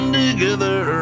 together